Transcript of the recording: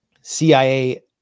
CIA